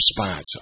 response